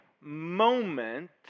moment